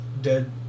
Dead